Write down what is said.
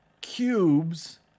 cubes